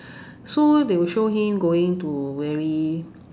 so they will show him going to very